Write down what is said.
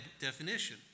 definition